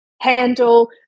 handle